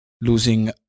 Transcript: losing